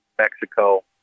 Mexico